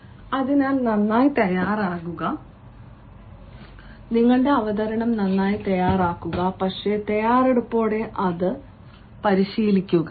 അതിനാൽ നന്നായി തയ്യാറാക്കുക നിങ്ങളുടെ അവതരണം നന്നായി തയ്യാറാക്കുക പക്ഷേ തയ്യാറെടുപ്പോടെ അത് പരിശീലിക്കുക